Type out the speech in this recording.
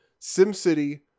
SimCity